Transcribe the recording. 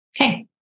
Okay